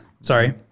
Sorry